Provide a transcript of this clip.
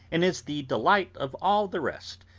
and is the delight of all the rest,